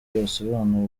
yasobanura